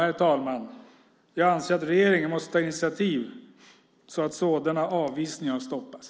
Herr talman! Jag anser att regeringen måste ta initiativ så att sådana avvisningar stoppas.